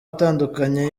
atandukanye